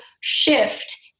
shift